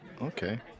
Okay